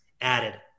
added